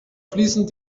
fließen